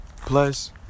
Plus